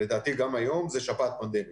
לדעתי גם היום שפעת פנדמית.